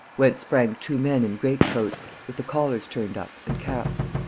whence sprang two men in great-coats, with the collars turned up, and caps.